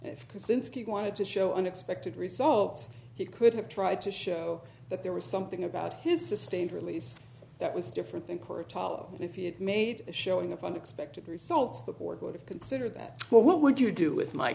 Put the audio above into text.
he wanted to show unexpected results he could have tried to show that there was something about his sustained release that was different think or talk and if he had made a showing of unexpected results the board would have considered that well what would you do with my